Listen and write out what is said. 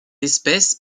espèce